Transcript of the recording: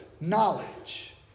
knowledge